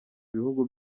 ibihugu